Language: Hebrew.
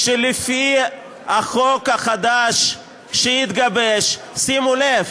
לפי החוק החדש שיתגבש, שימו לב: